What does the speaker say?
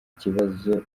kibazo